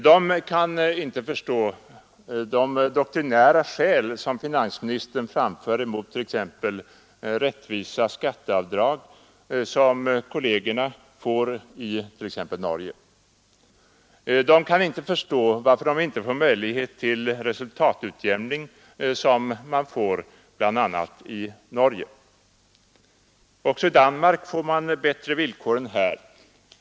De kan inte förstå de doktrinära skäl som finansministern framför mot exempelvis rättvisa skatteavdrag, som kollegerna i exempelvis Norge får utnyttja. De kan inte förstå varför de inte får möjlighet till resultatutjämning som fiskarena får bl.a. i Norge. Också i Danmark får fiskarena bättre villkor än här.